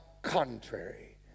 contrary